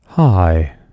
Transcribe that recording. Hi